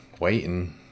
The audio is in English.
waiting